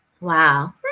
wow